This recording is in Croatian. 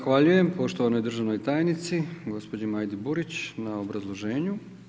Zahvaljujem poštovanoj državnoj tajnici, gospođi Majdi Burić na obrazloženju.